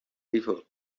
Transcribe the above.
before